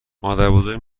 مادربزرگ